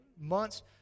months